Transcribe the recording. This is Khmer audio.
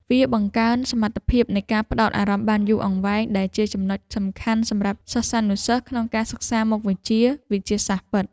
វាបង្កើនសមត្ថភាពនៃការផ្ដោតអារម្មណ៍បានយូរអង្វែងដែលជាចំណុចសំខាន់សម្រាប់សិស្សានុសិស្សក្នុងការសិក្សាមុខវិជ្ជាវិទ្យាសាស្ត្រពិត។